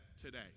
today